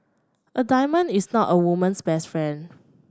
a diamond is not a woman's best friend